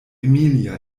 emilia